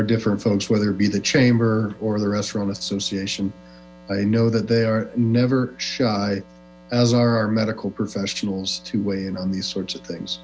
our different folks whether it be the chamber or the restaurant association i know that they are never shy as our our medical professionals to weigh in on these sorts of things